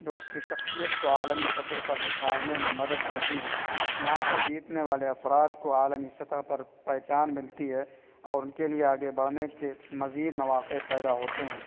جو اس کی شخصیت کو عالمی سطح پر نکھارنے میں مدد دیتی ہے یہاں پر جیتنے والے افراد کو عالمی سطح پر پہچان ملتی ہے اور ان کے لیے آگے بڑھنے کے مزید مواقع پیدا ہوتے ہیں